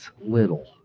little